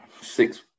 six